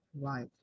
right